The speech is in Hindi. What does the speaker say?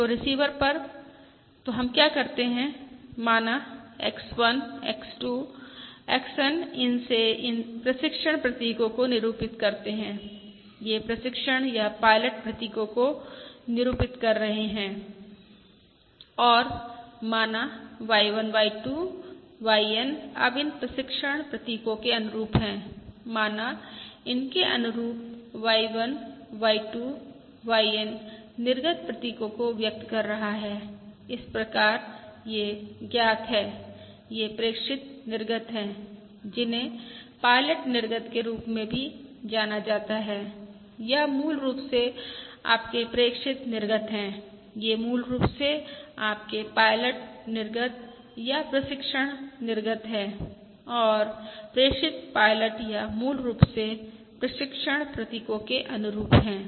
तो रिसीवर पर तो हम क्या करते हैं माना X 1 X 2 XN इनसे इन प्रशिक्षण प्रतीकों को निरूपित करते हैं ये प्रशिक्षण या पायलट प्रतीकों को निरूपित कर रहे हैं और माना Y1 Y2 YN अब इन प्रशिक्षण प्रतीकों के अनुरूप हैं माना इनके अनुरूप Y1Y2 YN निर्गत प्रतीकों को व्यक्त कर रहा है इस प्रकार यह ज्ञात है ये प्रेक्षित निर्गत हैं जिन्हें पायलट निर्गत के रूप में भी जाना जाता है या मूल रूप से आपके प्रेक्षित निर्गत हैं ये मूल रूप से आपके पायलट निर्गत या प्रशिक्षण निर्गत हैं और प्रेषित पायलट या मूल रूप से प्रशिक्षण प्रतीकों के अनुरूप हैं